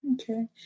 Okay